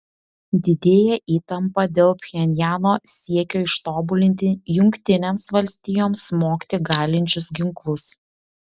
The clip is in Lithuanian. didėja įtampa dėl pchenjano siekio ištobulinti jungtinėms valstijoms smogti galinčius ginklus